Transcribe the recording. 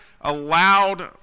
allowed